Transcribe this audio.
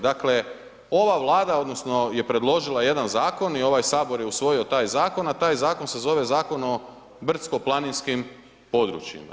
Dakle, ova Vlada odnosno je predložila jedan zakon i ovaj HS je usvojio taj zakon, a taj zakon se zove Zakon o brdsko planinskim područjima.